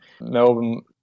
Melbourne